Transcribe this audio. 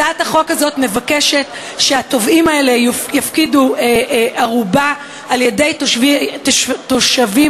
הצעת החוק הזאת מבקשת שהתובעים האלה יפקידו ערובה על-ידי תושבים